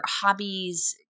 hobbies